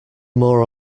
more